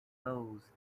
those